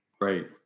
right